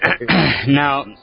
Now